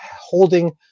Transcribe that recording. holding